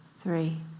three